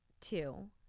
two